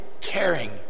caring